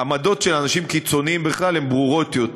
עמדות של אנשים קיצוניים בכלל הן ברורות יותר.